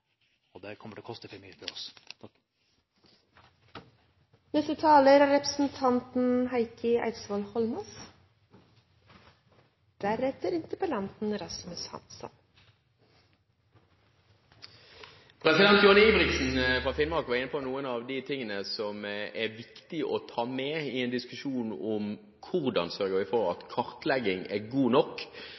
og det kommer til å koste for mye for oss. Johnny Ingebrigtsen fra Finnmark var inne på noen av de tingene som det er viktig å ta med seg i en diskusjon om hvordan vi sørger for at kartleggingen er god nok.